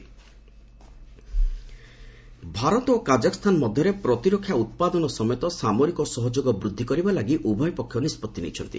Indo Kazakh Bharat ଓ Kazakhstan ମଧ୍ୟରେ ପ୍ରତିରକ୍ଷା ଉତ୍ପାଦନ ସମେତ ସାମଗ୍ରିକ ସହଯୋଗ ବୃଦ୍ଧି କରିବା ଲାଗି ଉଭୟ ପକ୍ଷ ନିଷ୍ପଭି ନେଇଛନ୍ତି